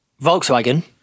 volkswagen